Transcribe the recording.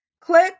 click